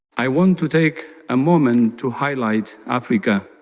i want to take a moment to highlight africa,